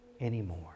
anymore